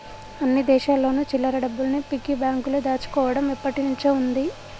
అన్ని దేశాల్లోను చిల్లర డబ్బుల్ని పిగ్గీ బ్యాంకులో దాచుకోవడం ఎప్పటినుంచో ఉంది